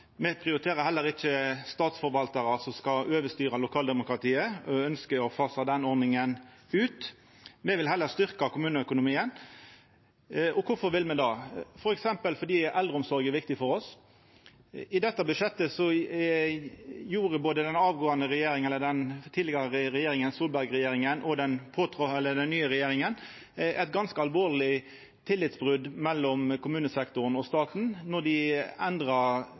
Me prioriterer heller ikkje statsforvaltarar som skal overstyra lokaldemokratiet, og ønskjer å fasa ut den ordninga. Me vil heller styrkja kommuneøkonomien. Og kvifor vil me det? For eksempel fordi eldreomsorg er viktig for oss. I dette budsjettet vart det både frå den tidlegare regjeringa, Solberg-regjeringa, og den nye regjeringa eit ganske alvorleg tillitsbrot mellom kommunesektoren og staten då dei